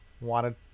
wanted